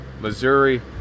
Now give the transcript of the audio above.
Missouri